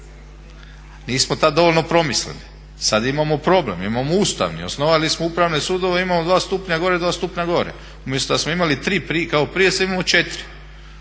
Nismo tad dovoljno promislili. Sad imamo problem, imamo ustavni. Osnovali smo upravne sudove, imamo dva stupnja gore, dva stupnja …/Govornik se ne razumije./… umjesto da smo imali 3 kao prije se imalo 4.